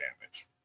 damage